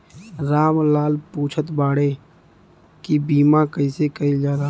राम लाल पुछत बाड़े की बीमा कैसे कईल जाला?